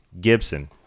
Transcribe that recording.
Gibson